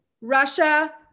Russia